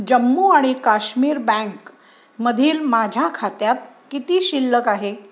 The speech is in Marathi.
जम्मू आणि काश्मीर बँकमधील माझ्या खात्यात किती शिल्लक आहे